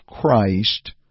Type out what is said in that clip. Christ